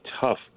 tough